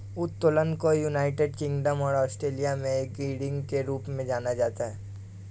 उत्तोलन को United Kingdom और ऑस्ट्रेलिया में गियरिंग के रूप में जाना जाता है